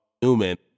human